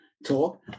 Talk